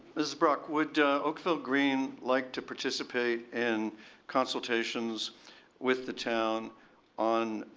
mrs. brock, would oakville green like to participate in consultations with the town on